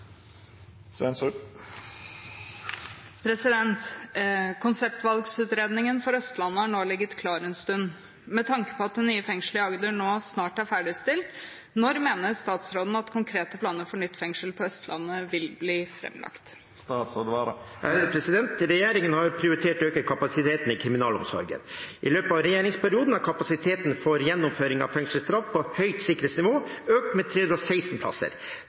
for Østlandet har nå ligget klar en stund. Med tanke på at det nye fengselet i Agder nå snart er ferdigstilt – når mener statsråden at konkrete planer for nytt fengsel på Østlandet vil bli fremlagt?» Regjeringen har prioritert å øke kapasiteten i kriminalomsorgen. I løpet av regjeringsperioden er kapasiteten for gjennomføring av fengselsstraff på høyt sikkerhetsnivå økt med 316 plasser.